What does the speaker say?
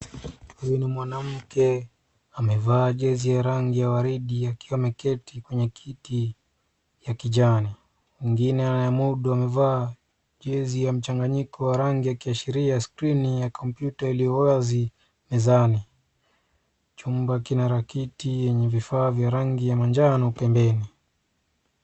Huyu ni mwanamke, amevaa jezi ya rangi ya waridi akiwa ameketi kwenye kiti ya kijani. Mwengine anayemudu, amevaa jezi ya mchanganyiko wa rangi, akiashiria skrini ya kompyuta iliyo wazi mezani. Chumba kina raketi yenye vifaa vya rangi ya manjano pembeni.